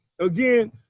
again